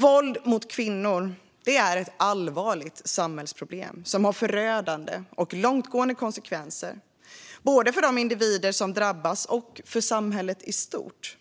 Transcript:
Våld mot kvinnor är ett allvarligt samhällsproblem som har förödande och långtgående konsekvenser både för de individer som drabbas och för samhället i stort,